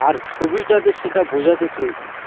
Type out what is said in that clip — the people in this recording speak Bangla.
আর ছবিটাতে সেটা বোঝাতে চেয়েছেন